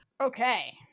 Okay